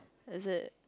is it